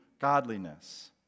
Godliness